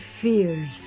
fears